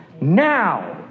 now